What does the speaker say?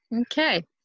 Okay